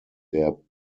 der